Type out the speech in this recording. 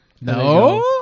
No